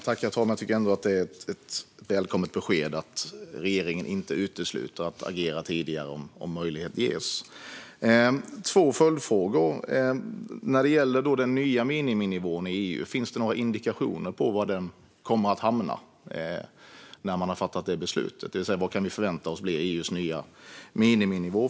Herr talman! Det är ändå ett välkommet besked att regeringen inte utesluter att agera tidigare om möjlighet ges. Jag har två följdfrågor. Finns det några indikationer på var den nya miniminivån i EU kommer att hamna när man har fattat det beslutet? Vad kan vi förvänta oss bli EU:s nya miniminivå?